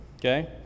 Okay